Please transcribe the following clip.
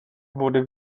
wurde